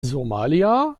somalia